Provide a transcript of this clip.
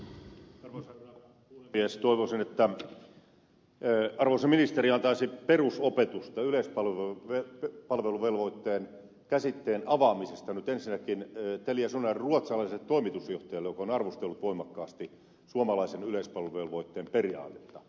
toivoisin että arvoisa ministeri antaisi perusopetusta yleispalveluvelvoitteen käsitteen avaamisesta nyt ensinnäkin teliasoneran ruotsalaiselle toimitusjohtajalle joka on arvostellut voimakkaasti suomalaisen yleispalveluvelvoitteen periaatetta